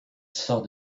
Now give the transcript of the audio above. sort